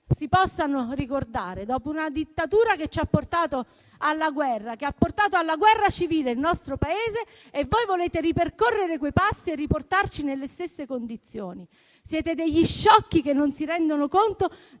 si possano ricordare, dopo una dittatura che ci ha portato alla guerra e ha portato alla guerra civile il nostro Paese. E voi volete ripercorrere quei passi e riportarci nelle stesse condizioni. Siete degli sciocchi che non si rendono conto